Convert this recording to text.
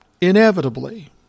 inevitably